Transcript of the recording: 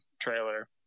trailer